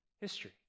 history